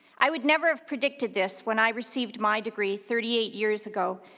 i would never have predicted this when i received my degree thirty eight years ago,